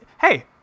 Hey